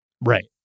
Right